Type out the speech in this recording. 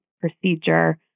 procedure